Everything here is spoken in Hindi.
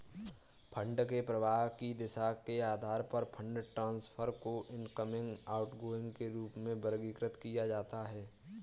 फंड के प्रवाह की दिशा के आधार पर फंड ट्रांसफर को इनकमिंग, आउटगोइंग के रूप में वर्गीकृत किया जाता है